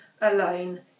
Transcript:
alone